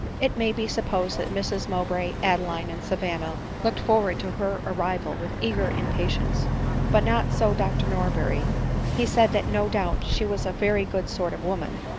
it may be supposed that mrs mowbray, adeline, and savanna, looked forward to her arrival with eager impatience but not so dr norberiya he said that no doubt she was a very good sort of woman,